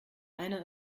einer